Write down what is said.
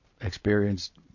experienced